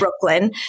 Brooklyn